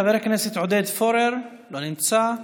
חבר הכנסת עודד פורר, לא נמצא,